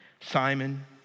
Simon